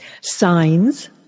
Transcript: Signs